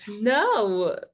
No